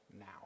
now